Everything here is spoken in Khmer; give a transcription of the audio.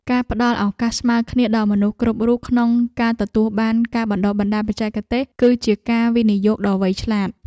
ការផ្ដល់ឱកាសស្មើគ្នាដល់មនុស្សគ្រប់រូបក្នុងការទទួលបានការបណ្តុះបណ្តាលបច្ចេកទេស គឺជាការវិនិយោគដ៏វៃឆ្លាត។